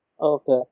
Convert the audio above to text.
okay